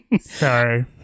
Sorry